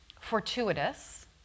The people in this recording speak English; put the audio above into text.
fortuitous